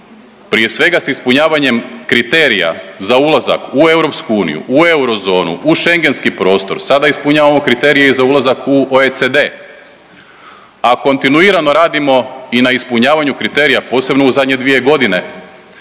prije svega s ispunjavanjem kriterija za ulazak u EU, u Eurozonu, u schengentski prostor, sada ispunjavamo kriterije i za ulazak u OECD, a kontinuirano radimo i na ispunjavanju kriterija, a posebno u zadnje 2.g.